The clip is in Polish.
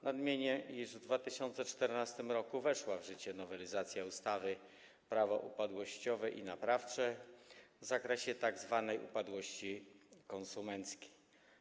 Nadmienię, iż w 2014 r. weszła w życie nowelizacja ustawy Prawo upadłościowe i naprawcze w zakresie tzw. upadłości konsumenckiej.